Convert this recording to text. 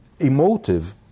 emotive